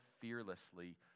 fearlessly